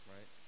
Right